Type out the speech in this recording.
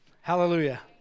Hallelujah